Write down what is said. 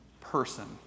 person